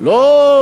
לא,